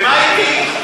ומה אתי?